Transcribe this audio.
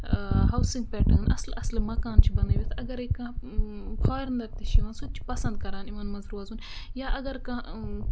housing pattern اَصلہٕ اَصلہٕ مکان چھِ بَنٲوِتھ اَگرَے کانٛہہ فارِنَر تہِ چھُ یِوان سُہ تہِ چھُ پَسند کران یِمن منٛز روزُن یا اَگر کانہہ